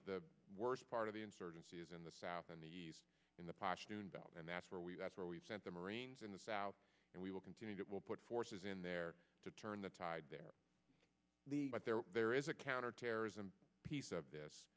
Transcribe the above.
because the worst part of the insurgency is in the south in the east in the pashtoon bout and that's where we that's where we've sent the marines in the south and we will continue that will put forces in there to turn the tide there but there there is a counterterrorism piece of this